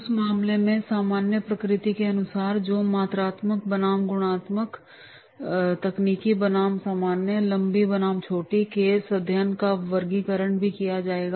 उस मामले की सामान्य प्रकृति के अनुसार जो मात्रात्मक बनाम गुणात्मक तकनीकी बनाम सामान्य लंबी बनाम छोटी और केस अध्ययन का वर्गीकरण भी किया जाएगा